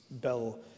Bill